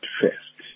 first